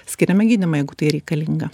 skiriame gydymą jeigu tai reikalinga